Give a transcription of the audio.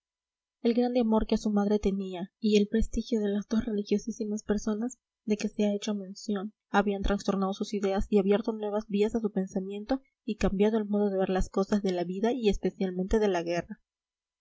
el grande amor que a su madre tenía y el prestigio de las dos religiosísimas personas de que se ha hecho mención habían trastornado sus ideas abierto nuevas vías a su pensamiento y cambiado el modo de ver las cosas de la vida y especialmente de la guerra